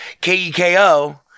K-E-K-O